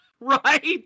Right